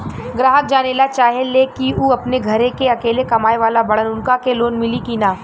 ग्राहक जानेला चाहे ले की ऊ अपने घरे के अकेले कमाये वाला बड़न उनका के लोन मिली कि न?